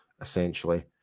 essentially